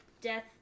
death